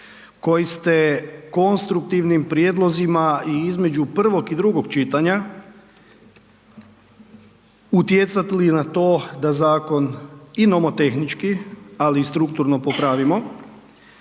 koji ste konstruktivnim prijedlozima i između prvog i drugog čitanja utjecali na to da zakon i nomotehnički ali i strukturno popravimo,